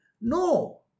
No